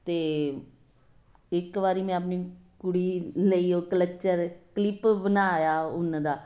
ਅਤੇ ਇੱਕ ਵਾਰ ਮੈਂ ਆਪਣੀ ਕੁੜੀ ਲਈ ਉਹ ਕਲੱਚਰ ਕਲਿਪ ਬਣਾਇਆ ਉੱਨ ਦਾ